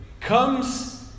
comes